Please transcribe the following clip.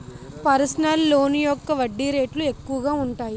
personal loan యొక్క వడ్డీ రేట్లు ఎక్కువగా ఉంటాయి